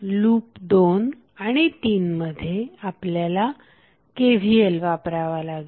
loop 2 आणि 3 मध्ये आपल्याला KVL वापरावा लागेल